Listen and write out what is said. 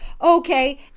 okay